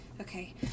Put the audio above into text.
Okay